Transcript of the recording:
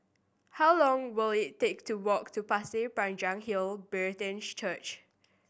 how long will it take to walk to Pasir Panjang Hill Brethren Church